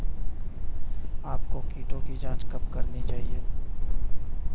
आपको कीटों की जांच कब करनी चाहिए?